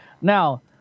Now